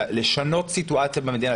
לשנות סיטואציה במדינה,